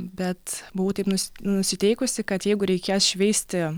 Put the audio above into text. bet buvau taip nusi nusiteikusi kad jeigu reikės šveisti